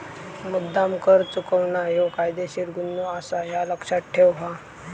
मुद्द्दाम कर चुकवणा ह्यो कायदेशीर गुन्हो आसा, ह्या लक्ष्यात ठेव हां